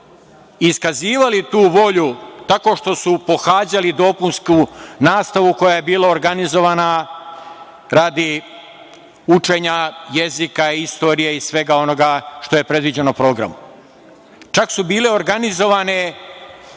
iskazivali tu volju tako što su pohađali dopunsku nastavu koja je bila organizovana radi učenja jezika, istorije i svega onoga što je predviđeno programom. Čak su bile organizovane